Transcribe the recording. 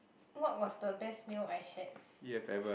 what was the best meal I had